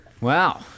Wow